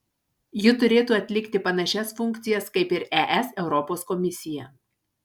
ji turėtų atlikti panašias funkcijas kaip ir es europos komisija